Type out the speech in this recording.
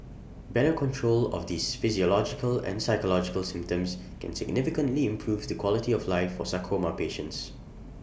better control of these physiological and psychological symptoms can significantly improve the quality of life for sarcoma patients